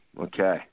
okay